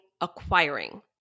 acquiring